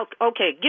okay